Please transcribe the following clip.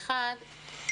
אחת,